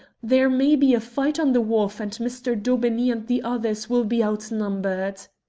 there may be a fight on the wharf, and mr. daubeney and the others will be outnumbered!